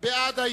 בעוד כמה